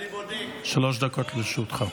שלוש דקות לרשותך.